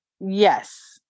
Yes